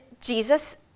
Jesus